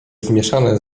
zmieszane